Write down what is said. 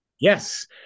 Yes